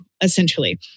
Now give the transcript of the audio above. essentially